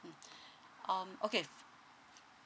mm um okay